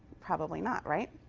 probably not, right?